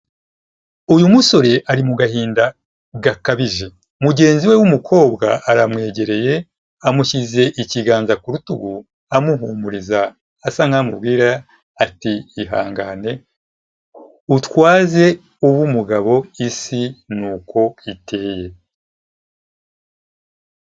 Uyu musore ari mu gahinda gakabije. Mugenzi we w'umukobwa aramwegereye amushyize ikiganza ku rutugu amuhumuriza asa nkaho amubwira ati: "Ihangane utwaze ube umugabo isi ni uko iteye".